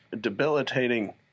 debilitating